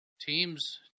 teams